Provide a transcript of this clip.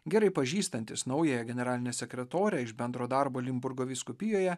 gerai pažįstantis naująją generalinę sekretorę iš bendro darbo linburgo vyskupijoje